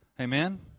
Amen